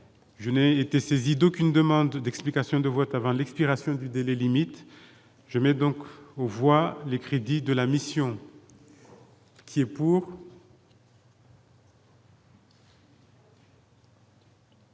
je n'ai été saisi d'aucune demande d'explication de vote avant l'expiration du délai limite je donc on voit les crédits de la mission. Des